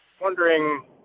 Wondering